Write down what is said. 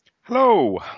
Hello